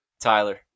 Tyler